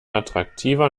attraktiver